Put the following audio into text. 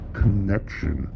connection